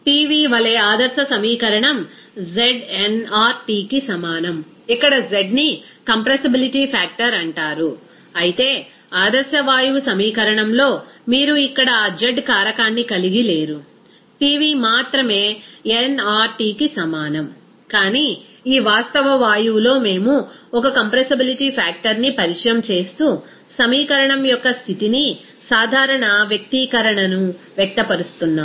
PV వలె ఆదర్శ సమీకరణం znRTకి సమానం ఇక్కడ zని కంప్రెసిబిలిటీ ఫ్యాక్టర్ అంటారు అయితే ఆదర్శ వాయువు సమీకరణంలో మీరు ఇక్కడ ఆ z కారకాన్ని కలిగి లేరు PV మాత్రమే nRTకి సమానం కానీ ఈ వాస్తవ వాయువులో మేము ఒక కంప్రెసిబిలిటీ ఫ్యాక్టర్ని పరిచయం చేస్తూ సమీకరణం యొక్క స్తితి ని సాధారణ వ్యక్తీకరణను వ్యక్తపరుస్తున్నాం